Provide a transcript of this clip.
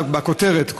בכותרת,